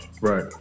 Right